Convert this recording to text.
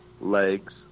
legs